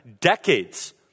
decades